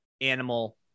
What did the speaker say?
animal